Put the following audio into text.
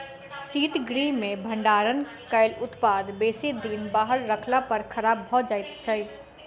शीतगृह मे भंडारण कयल उत्पाद बेसी दिन बाहर रखला पर खराब भ जाइत छै